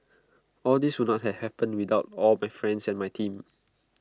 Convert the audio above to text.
all this would not had happened without all my friends and my team